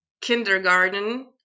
kindergarten